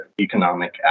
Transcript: economic